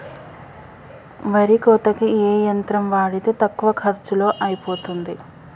వరి కోతకి ఏ యంత్రం వాడితే తక్కువ ఖర్చులో అయిపోతుంది?